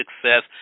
success